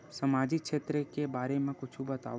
सामाजिक क्षेत्र के बारे मा कुछु बतावव?